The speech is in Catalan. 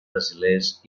brasilers